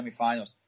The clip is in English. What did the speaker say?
semifinals